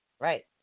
Right